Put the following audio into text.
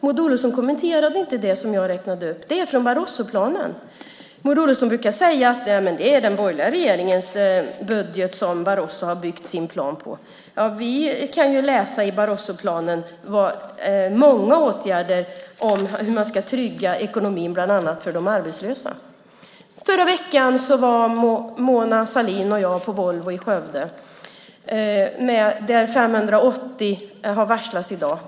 Maud Olofsson kommenterade inte det som jag räknade upp. Det är från Barrosoplanen. Maud Olofsson brukar säga att det är den borgerliga regeringens budget som Barroso har byggt sin plan på. Vi kan ju i Barrosoplanen läsa många åtgärder om hur man ska trygga ekonomin, bland annat för de arbetslösa. Förra veckan var Mona Sahlin och jag på Volvo i Skövde där 580 anställda har varslats i dag.